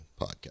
podcast